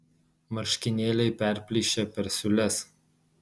marškinėliai perplyšę per siūles